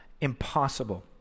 impossible